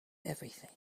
everything